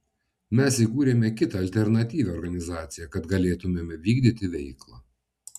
mes įkūrėme kitą alternatyvią organizaciją kad galėtumėme vykdyti veiklą